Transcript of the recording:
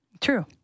True